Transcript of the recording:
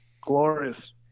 Glorious